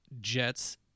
jet's